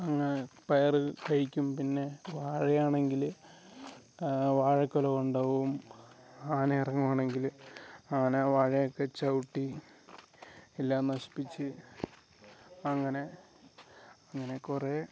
അങ്ങനെ പയർ കഴിക്കും പിന്നെ വാഴ ആണെങ്കിൽ വാഴക്കൊല കൊണ്ടവും ആന ഇറങ്ങുവാണെങ്കിൽ ആന വാഴ ഒക്കെ ചവിട്ടി എല്ലാം നശിപ്പിച്ച് അങ്ങനെ അങ്ങനെ കുറെ